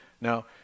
Now